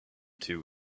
two